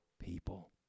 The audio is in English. people